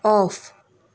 off